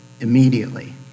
immediately